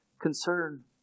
concern